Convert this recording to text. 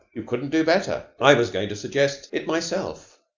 you couldn't do better. i was going to suggest it myself.